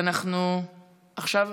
ואנחנו עכשיו,